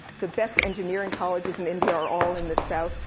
the best engineering colleges in india are all in the south.